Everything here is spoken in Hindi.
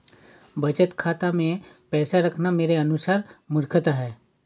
बचत खाता मैं पैसा रखना मेरे अनुसार मूर्खता है